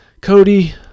Cody